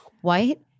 White